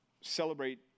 celebrate